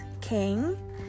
king